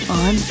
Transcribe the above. on